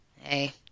hey